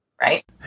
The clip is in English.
Right